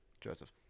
Joseph